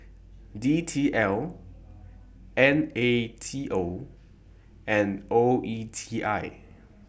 D T L N A T O and O E T I